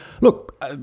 look